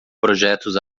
projetos